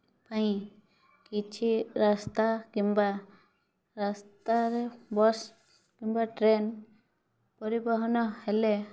ପାଇଁ କିଛି ରାସ୍ତା କିମ୍ବା ରାସ୍ତାରେ ବସ୍ କିମ୍ବା ଟ୍ରେନ୍ ପରିବହନ ହେଲେ